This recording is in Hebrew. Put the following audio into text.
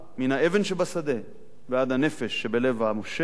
מן האבן שבשדה ועד הנפש שבלב המושל,